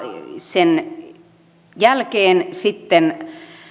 sen jälkeen sitten